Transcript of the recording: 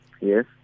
Yes